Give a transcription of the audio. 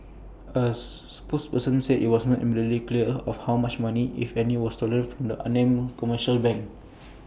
A spokesperson said IT was not immediately clear how much money if any was stolen from the unnamed commercial bank